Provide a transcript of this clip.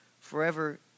Forever